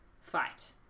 fight